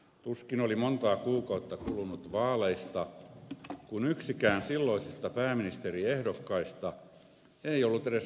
tuskin oli montaa kuukautta kulunut vaaleista kun yksikään silloisista pääministeriehdokkaista ei ollut edes hallituksessa saati pääministerinä